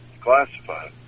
classified